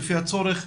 לפי הצורך,